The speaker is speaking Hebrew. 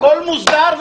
הכול מוסדר,